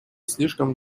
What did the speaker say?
слишком